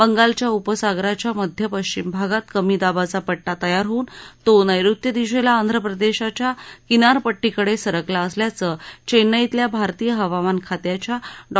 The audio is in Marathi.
बंगालच्या उपसागराच्या मध्य पश्चिम भागात कमी दाबाचा पट्टा तयार होऊन तो नेऋत्य दिशेला आंध्रप्रदेशाच्या किनारपट्टीकडे सरकला असल्याचं चेन्नईतल्या भारतीय हवामान खात्याच्या डॉ